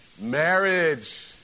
Marriage